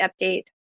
update